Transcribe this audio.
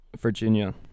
Virginia